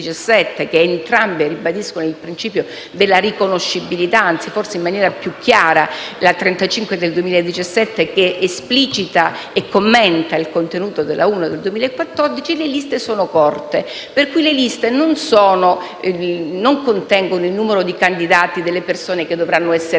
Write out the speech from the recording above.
che entrambe ribadiscono il principio della riconoscibilità. Anzi, forse in maniera più chiara la n. 35 del 2017 esplicita e commenta il contenuto della n. 1 del 2014. Le liste sono corte e, pertanto, non contengono il numero delle persone che dovranno essere